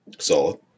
solid